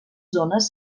zones